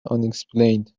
unexplained